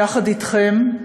יחד אתכן,